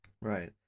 Right